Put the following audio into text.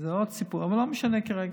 זה עוד סיפור, אבל לא משנה כרגע.